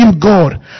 God